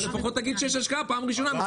אבל לפחות תגיד שיש השקעה בפעם הראשונה זה